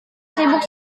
sibuk